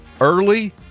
Early